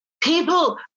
people